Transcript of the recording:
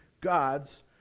God's